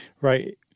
Right